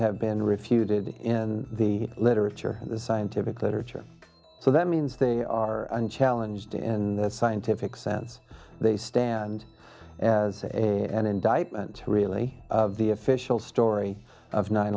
have been refuted in the literature the scientific literature so that means they are unchallenged in the scientific sense they stand as an indictment really of the official story of nine